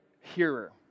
Hearer